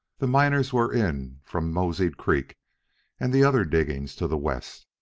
the miners were in from moseyed creek and the other diggings to the west,